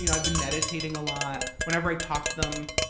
and i've been meditating a lot whenever i talk to them,